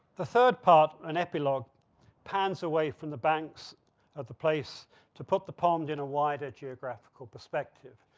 the third part, an epilogue pants away from the banks of the place to put the pond in a wider geographical perspective.